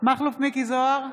מכלוף מיקי זוהר,